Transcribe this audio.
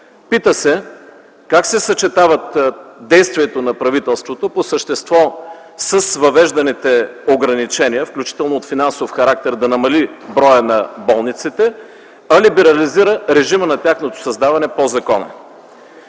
Пита се как се съчетава действието на правителството по същество с въвежданите ограничения, включително от финансов характер, да намали броя на болниците, а либерализира режима на тяхното създаване по закон.